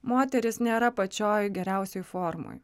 moteris nėra pačioj geriausioj formoj